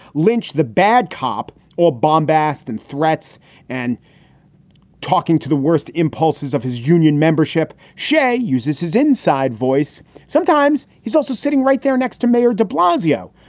lynch the bad cop or bombast and threats and talking to the worst impulses of his union membership. shay uses his inside voice sometimes. he's also sitting right there next to mayor de blasio,